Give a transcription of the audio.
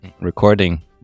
recording